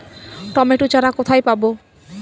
Tomato চারা কোথায় পাবো?